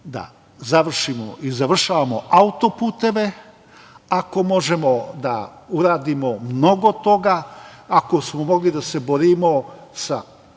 da završimo i završavamo autoputeve, ako možemo da uradimo mnogo toga, ako smo mogli da se borimo sa